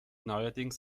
neuerdings